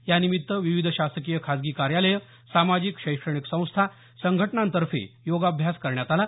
यानिमित्त विविध शासकीय खासगी कार्यालयं सामाजिक शैक्षणिक संस्था संघटनांतर्फे योगाभ्यास करण्यात आला